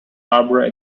barbara